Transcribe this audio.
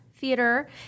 theater